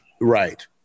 Right